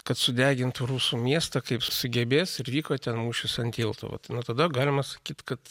kad sudegintų rusų miestą kaip sugebės ir vyko ten mūšis ant tilto nuo tada galima sakyt kad